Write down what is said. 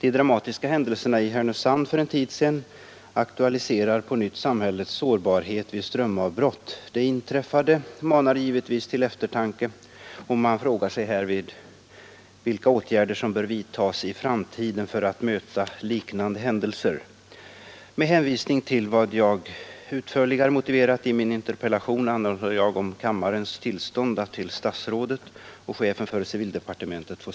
De dramatiska händelserna i Härnösand för en tid sedan aktualiserar på nytt samhällets sårbarhet vid strömavbrott. Det inträffade manar givetvis till eftertanke, och man frågar sig härvid vilka åtgärder som bör vidtas i framtiden för att möta liknande händelser. Erfarenheten har givit vid handen att frågan om reservanordningar i första hand gäller reservkraft vid strömavbrott. Många betydelsefulla funktioner är beroende av elkraft. Att sårbarheten är stor har vi också fått erfara i mina hemtrakter hösten 1969 då stormfällningar hårt drabbade delar av västkustlänen.